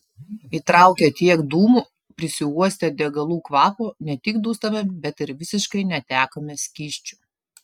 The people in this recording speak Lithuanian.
įtraukę tiek dūmų prisiuostę degalų kvapo ne tik dūstame bet ir visiškai netekome skysčių